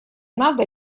надо